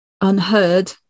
unheard